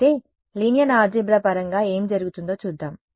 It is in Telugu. అయితే లీనియర్ ఆల్జీబ్రా పరంగా ఏమి జరుగుతుందో చూద్దాం